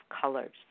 colors